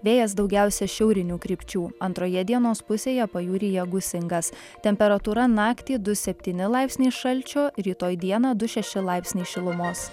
vėjas daugiausia šiaurinių krypčių antroje dienos pusėje pajūryje gūsingas temperatūra naktį du septyni laipsniai šalčio rytoj dieną du šeši laipsniai šilumos